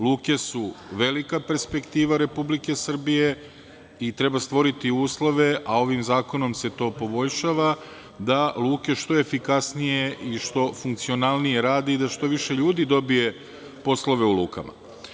Luke su velika perspektiva Republike Srbije i treba stvoriti uslove, a ovim zakonom se to poboljšava, da luke što efikasnije i što funkcionalnije rade i da što više ljudi dobije poslove u lukama.